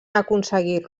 aconseguir